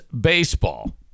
baseball